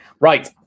Right